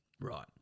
Right